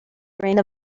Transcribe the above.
brain